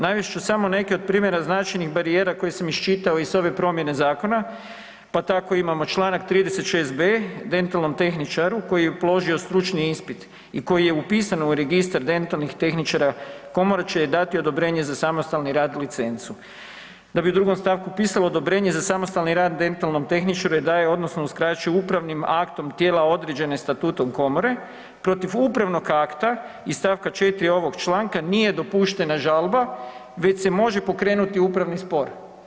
Navest ću samo neke od primjera značajnih barijera koje sam iščitao iz ove promjene zakona, pa tako imamo čl. 36.b „dentalnom tehničaru koji je položio stručni ispit i koji je upisan u registar dentalnih tehničara komora će dati odobrenje za samostalni rad licencu“, da bi u drugom stavku pisalo „odobrenje za samostalni rad dentalnom tehničaru daje odnosno uskraćuje upravnim aktom tijela određene statutom komore, protiv upravnog akta iz st. 4. Ovog članka nije dopuštena žalba već se može pokrenuti upravni spor“